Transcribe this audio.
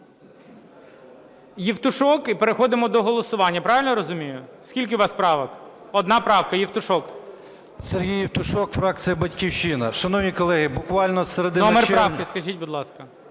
Євтушок, і переходимо до голосування. Правильно я розумію? Скільки у вас правок? Одна правка, Євтушок. 14:41:31 ЄВТУШОК С.М. Сергій Євтушок, фракція "Батьківщина". Шановні колеги, буквально з середини червня… ГОЛОВУЮЧИЙ. Номер правки скажіть, будь ласка.